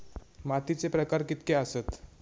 मातीचे प्रकार कितके आसत?